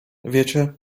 wiecie